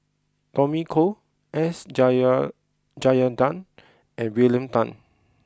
Tommy Koh S Rajendran and William Tan